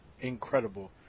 incredible